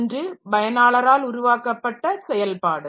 ஒன்று பயனாளரால் உருவாக்கப்பட்ட செயல்பாடு